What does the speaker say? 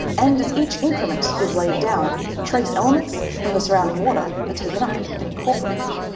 and as each increment is laid down, trace elements from the surrounding water are taken up and incorporated.